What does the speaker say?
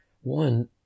one